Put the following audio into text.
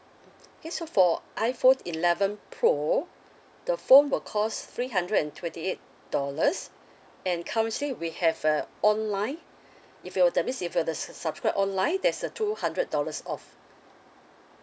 mmhmm okay so for iPhone eleven pro the phone will cost three hundred and twenty eight dollars and currently we have a online if you were that means if you were to subscribe online there's a two hundred dollars off